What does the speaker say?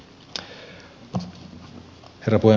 herra puhemies